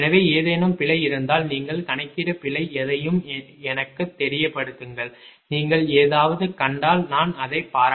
எனவே ஏதேனும் பிழை இருந்தால் நீங்கள் கணக்கீடு பிழை எதையும் எனக்குத் தெரியப்படுத்துங்கள் நீங்கள் ஏதாவது கண்டால் நான் அதை பாராட்டுவேன்